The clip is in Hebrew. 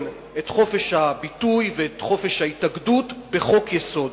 את חופש הביטוי ואת חופש ההתאגדות בחוק-יסוד.